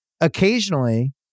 occasionally